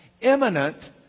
Imminent